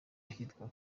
ahitwa